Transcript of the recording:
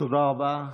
תודה רבה.